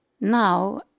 now